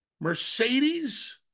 mercedes